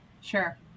Sure